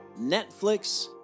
Netflix